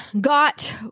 got